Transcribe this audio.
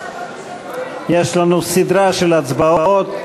יש לנו סדרה של הצבעות.